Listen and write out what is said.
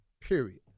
Period